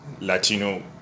Latino